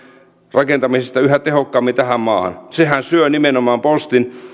rakentamisesta yhä tehokkaammin tähän maahan sehän syö nimenomaan postin